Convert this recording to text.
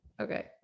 Okay